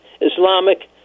Islamic